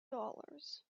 dollars